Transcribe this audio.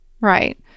right